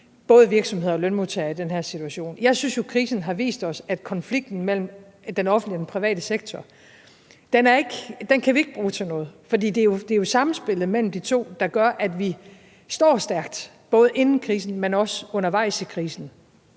både virksomheder og lønmodtagere i den her situation. Jeg synes jo, at krisen har vist os, at konflikten mellem den offentlige og den private sektor, kan vi ikke bruge til noget, for det er samspillet mellem de to, der gør, at vi står stærkt, og det gælder både inden krisen, men også undervejs i krisen.